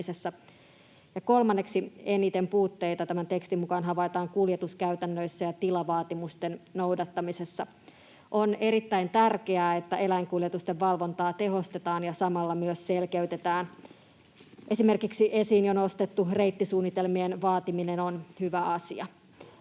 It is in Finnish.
Kolmanneksi eniten puutteita tämän tekstin mukaan havaitaan kuljetuskäytännöissä ja tilavaatimusten noudattamisessa. On erittäin tärkeää, että eläinkuljetusten valvontaa tehostetaan ja samalla myös selkeytetään. Esimerkiksi esiin jo nostettu reittisuunnitelmien vaatiminen on hyvä asia.